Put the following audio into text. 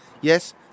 Yes